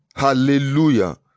Hallelujah